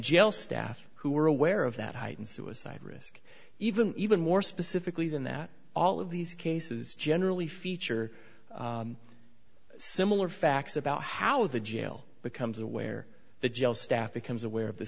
jail staff who are aware of that heightened suicide risk even even more specifically than that all of these cases generally feature similar facts about how the jail becomes aware the jail staff becomes aware of the